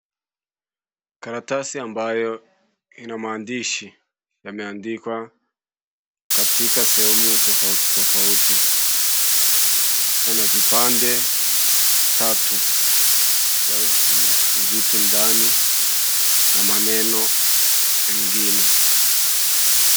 Karatasi ambayo ina mandishi yameandikwa katika sehemu tofauti tofauti. Yana vipande tatu ambazo aina vitu ndani na maneno mengine.